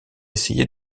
essayé